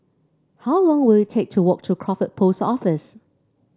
how long will it take to walk to Crawford Post Office